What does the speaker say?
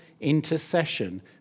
intercession